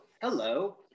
hello